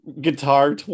guitar